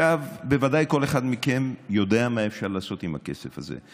עכשיו בוודאי כל אחד מכם יודע מה אפשר לעשות עם הכסף הזה.